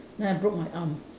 then I broke my arm